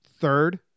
third